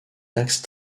taxes